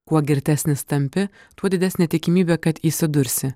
kuo girtesnis tampi tuo didesnė tikimybė kad įsidursi